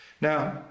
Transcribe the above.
Now